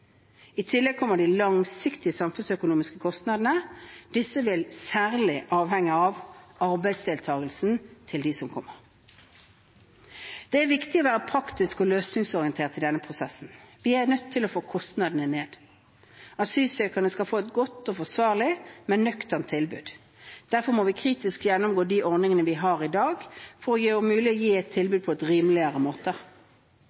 I tillegg kommer de langsiktige samfunnsøkonomiske kostnadene. Disse vil særlig avhenge av arbeidsdeltakelsen til dem som kommer. Det er viktig å være praktisk og løsningsorientert i denne prosessen. Vi er nødt til å få kostnadene ned. Asylsøkerne skal få et godt og forsvarlig, men nøkternt tilbud. Derfor må vi kritisk gjennomgå de ordningene vi har i dag, for om mulig å gi et tilbud på rimeligere